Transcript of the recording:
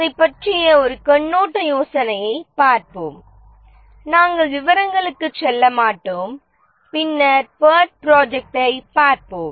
அதைப் பற்றிய ஒரு கண்ணோட்ட யோசனையைப் பார்ப்போம் நாம் விவரங்களுக்குச் செல்ல மாட்டோம் பின்னர் பேர்ட் ப்ரோஜெக்ட்டை பார்ப்போம்